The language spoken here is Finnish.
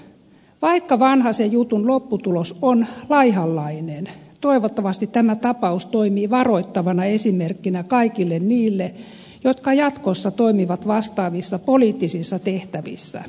vaikka vanhasen jutun lopputulos on laihanlainen toivottavasti tämä tapaus toimii varoittavana esimerkkinä kaikille niille jotka jatkossa toimivat vastaavissa poliittisissa tehtävissä